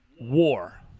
war